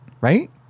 Right